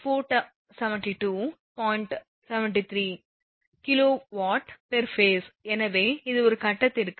73 kWphase எனவே இது ஒரு கட்டத்திற்கு